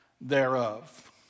thereof